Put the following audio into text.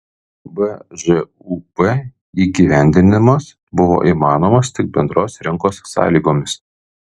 bžūp įgyvendinimas buvo įmanomas tik bendros rinkos sąlygomis